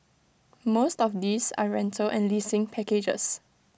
most of these are rental and leasing packages